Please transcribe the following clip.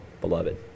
beloved